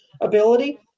ability